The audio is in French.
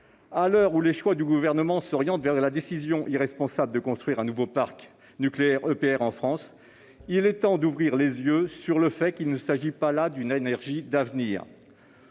À l'heure où les choix du Gouvernement s'orientent vers la décision irresponsable de construire un nouveau parc nucléaire EPR en France, il est temps d'ouvrir les yeux sur le fait qu'il ne s'agit pas d'une énergie d'avenir.